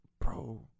Bro